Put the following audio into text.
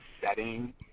setting